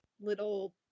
little